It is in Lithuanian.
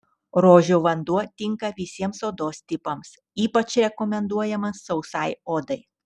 rožių vanduo tinka visiems odos tipams ypač rekomenduojamas sausai odai